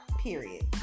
period